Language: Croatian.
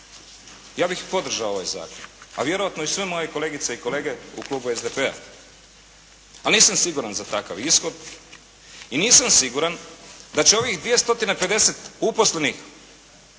ja bih podržao ovaj zakon, a vjerojatno i sve moje kolegice i kolege u klubu SDP-a. A nisam siguran za takav ishod i nisam siguran da će ovih 2 stotine